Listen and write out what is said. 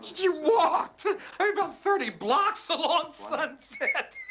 she walked about thirty blocks along sunset!